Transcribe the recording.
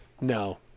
no